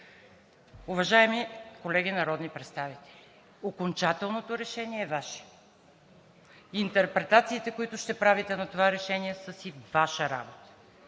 Уважаеми колеги народни представители, окончателното решение е Ваше. Интерпретациите, които ще правите на това решение, са си Ваша работа.